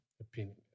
Opinion